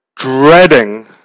dreading